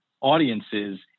audiences